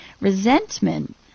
Resentment